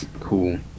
Cool